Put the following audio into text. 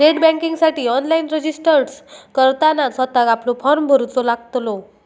net बँकिंगसाठी online registered करताना स्वतःक आपलो फॉर्म भरूचो लागतलो